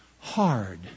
hard